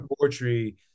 poetry